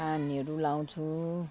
पानीहरू लगाउँछु